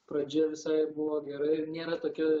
pradžia visai buvo gerai nėra tokia